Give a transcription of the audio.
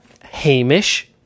Hamish